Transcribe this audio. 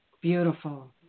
Beautiful